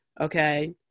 okay